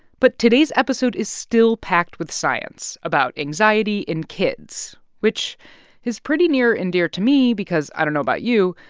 but today's episode is still packed with science about anxiety in kids, which is pretty near and dear to me because, i don't know about you,